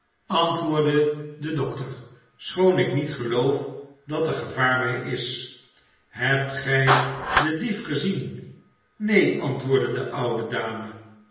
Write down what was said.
antwoordde de dokter schoon ik niet geloof dat er gevaar bij is hebt gij den dief gezien neen antwoordde de oude dame